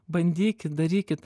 bandykit darykit